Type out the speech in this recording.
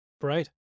Right